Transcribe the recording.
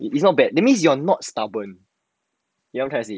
it is not bad that means you're not stubborn you know what I'm trying to say